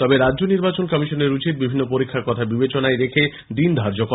তবে রাজ্য নির্বাচন কমিশনের উচিত বিভিন্ন পরীক্ষার কথা বিবেচনায় রেখে দিন ধার্য করা